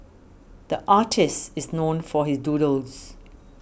the artist is known for his doodles